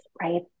right